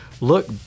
look